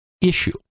issue